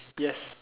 yes